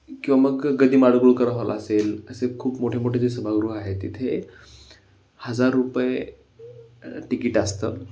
किंवा मग ग दि माडगुळकर हॉल असेल असे खूप मोठे मोठे जे सभागृहं आहेत तिथे हजार रुपये तिकीट असतं